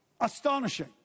Astonishing